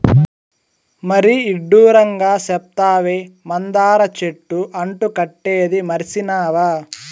మరీ ఇడ్డూరంగా సెప్తావే, మందార చెట్టు అంటు కట్టేదీ మర్సినావా